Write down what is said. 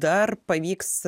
dar pavyks